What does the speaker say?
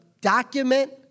document